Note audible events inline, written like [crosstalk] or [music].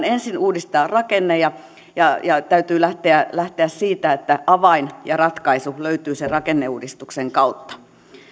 [unintelligible] ensin uudistaa rakenne ja ja täytyy lähteä lähteä siitä että avain ja ratkaisu löytyvät sen rakenneuudistuksen kautta